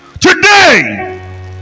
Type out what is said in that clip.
Today